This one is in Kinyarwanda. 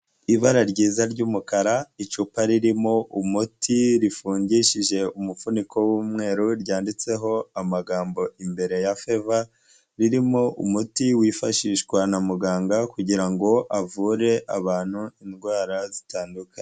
Ibara ryiza ry'umukara, icupa ririmo umuti rifungishije umufuniko w'umweru ryanditseho amagambo imbere ya feva, ririmo umuti wifashishwa na muganga kugira ngo avure abantu indwara zitandukanye.